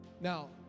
Now